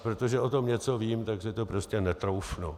Protože o tom něco vím, tak si to prostě netroufnu.